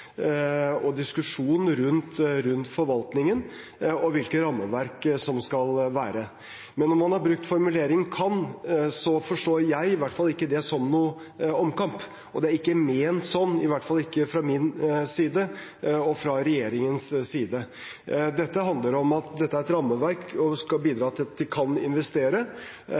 og diskusjon rundt forvaltningen og hvilke rammeverk det skal være. Men når man har brukt formuleringen «kan», forstår i hvert fall ikke jeg det som noen omkamp, og det er ikke ment sånn, i hvert fall ikke fra min side eller fra regjeringens side. Det handler om at dette er et rammeverk og skal bidra til at de kan investere,